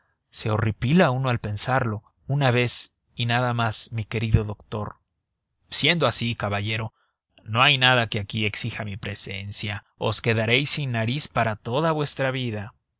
se horripila uno al pensarlo una vez y nada más mi querido doctor siendo así caballero no hay nada que aquí exija mi presencia os quedaréis sin nariz para toda vuestra vida